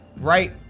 Right